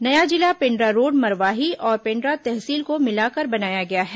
नया जिला पेण्ड्रा रोड मरवाही और पेण्ड्रा तहसील को मिलाकर बनाया गया है